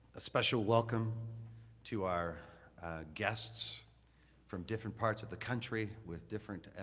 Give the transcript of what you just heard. a special welcome to our guests from different part of the country, with different